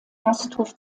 gasthof